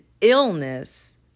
illness